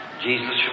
Jesus